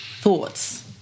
thoughts